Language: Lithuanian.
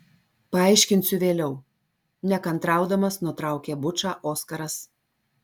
paaiškinsiu vėliau nekantraudamas nutraukė bučą oskaras